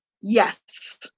Yes